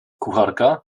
kucharka